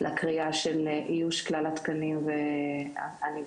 לקריאה של איוש כלל התקנים הנדרשים,